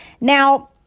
Now